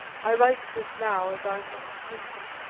i write this now as i am not sleepy,